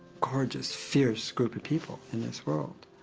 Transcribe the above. gorgeus, fierce group of people in this world,